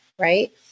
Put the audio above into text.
Right